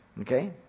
Okay